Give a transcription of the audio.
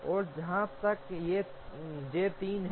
और जहाँ तक जे 3 है